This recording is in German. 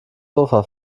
sofa